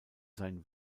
sein